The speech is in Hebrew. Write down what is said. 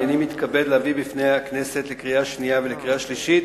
הנני מתכבד להביא בפני הכנסת לקריאה שנייה ולקריאה שלישית